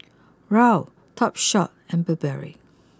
Raoul Topshop and Burberry